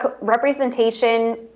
Representation